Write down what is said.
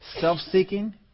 self-seeking